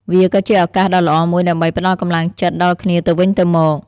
វាក៏ជាឱកាសដ៏ល្អមួយដើម្បីផ្តល់កម្លាំងចិត្តដល់គ្នាទៅវិញទៅមក។